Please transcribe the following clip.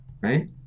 right